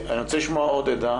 אני רוצה לשמוע עוד עדה